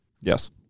Yes